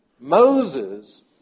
Moses